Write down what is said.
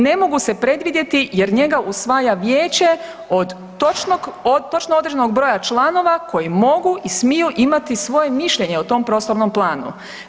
Ne mogu se predvidjeti jer njega usvaja Vijeće od točno određenog broja članova koji mogu i smiju imati svoje mišljenje o tom Prostornom planu.